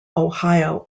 ohio